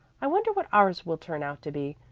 i wonder what ours will turn out to be.